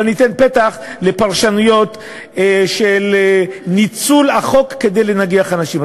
אבל ניתן פתח לפרשנויות של ניצול החוק כדי לנגח אנשים.